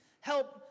Help